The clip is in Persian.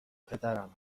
پدرم